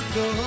go